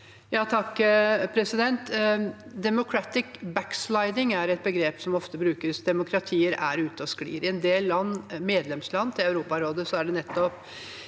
(H) «Democratic backsli- ding» er et begrep som ofte brukes. Demokratier er ute og sklir. I en del medlemsland i Europarådet er det nettopp